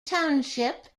township